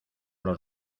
los